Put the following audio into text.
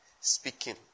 speaking